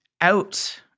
out